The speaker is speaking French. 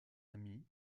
amis